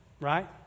Right